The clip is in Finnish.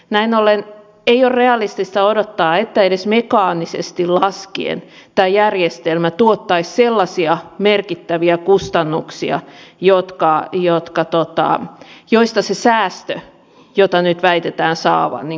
näin ollen ei ole realistista odottaa että edes mekaanisesti laskien tämä järjestelmä tuottaisi sellaisia merkittäviä kustannuksia joista se säästö jota nyt väitetään saavan koostuisi